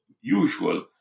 usual